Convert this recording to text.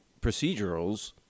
procedurals